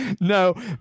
No